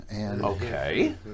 Okay